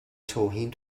توهین